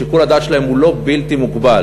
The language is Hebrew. שיקול הדעת שלהם הוא לא בלתי מוגבל.